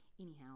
Anyhow